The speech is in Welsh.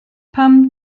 pam